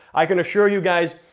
i can assure you guys,